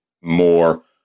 more